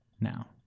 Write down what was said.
now